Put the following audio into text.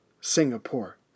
Singapore